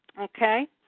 okay